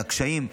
הקשיים,